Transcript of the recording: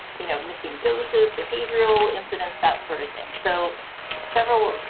you know, missing doses, behavioral incidents, that sort of thing. so several,